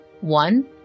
one